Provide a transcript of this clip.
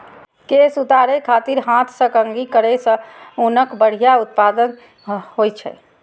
केश उतारै खातिर हाथ सं कंघी करै सं ऊनक बढ़िया उत्पादन होइ छै